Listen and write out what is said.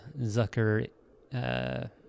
Zucker